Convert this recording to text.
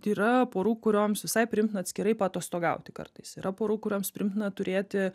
yra porų kurioms visai priimtina atskirai paatostogauti kartais yra porų kurioms priimtina turėti